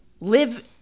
live